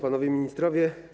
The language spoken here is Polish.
Panowie Ministrowie!